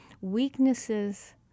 weaknesses